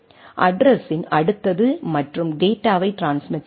அட்ட்ரஸின் அடுத்தது மற்றும் டேட்டாவை ட்ரான்ஸ்மிட் செய்யும்